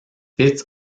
fitz